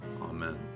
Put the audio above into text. Amen